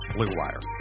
BlueWire